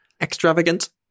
extravagant